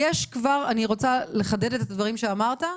אני רוצה לחדד את הדברים שאמרת: